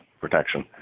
protection